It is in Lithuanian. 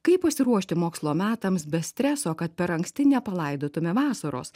kaip pasiruošti mokslo metams be streso kad per anksti nepalaidotume vasaros